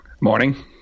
Morning